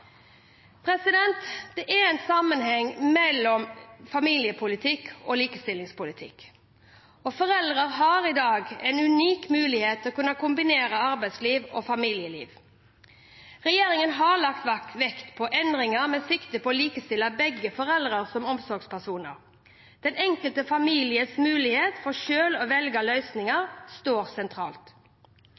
Det er en sammenheng mellom familiepolitikk og likestillingspolitikk. Foreldre har i dag en unik mulighet til å kunne kombinere arbeidsliv og familieliv. Regjeringen har lagt vekt på endringer med sikte på å likestille begge foreldre som omsorgspersoner. Den enkelte families mulighet til selv å velge løsninger står sentralt.